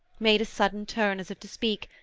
made a sudden turn as if to speak,